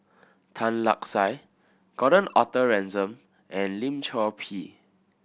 Tan Lark Sye Gordon Arthur Ransome and Lim Chor Pee